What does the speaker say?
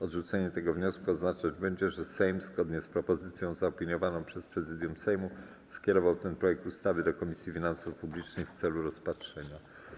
Odrzucenie tego wniosku oznaczać będzie, że Sejm, zgodnie z propozycją zaopiniowaną przez Prezydium Sejmu, skierował ten projekt ustawy do Komisji Finansów Publicznych w celu rozpatrzenia.